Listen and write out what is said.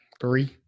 Three